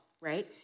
right